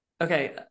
Okay